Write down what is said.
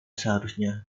seharusnya